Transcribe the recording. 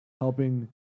helping